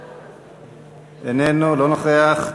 איננו, לא נוכח.